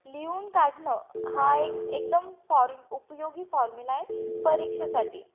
लिहून काढणं हा एक एकदम फार उपयोगी फॉर्मुला आहे परीक्षेसाठी